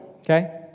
okay